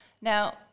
Now